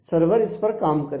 server इस पर काम करेगा